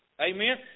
amen